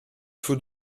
faut